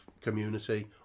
community